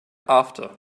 after